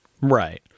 Right